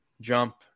jump